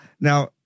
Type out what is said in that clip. now